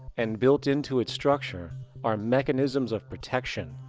and built into its structure are mechanisms of protection.